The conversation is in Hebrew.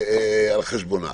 על חשבונה.